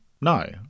No